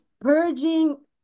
purging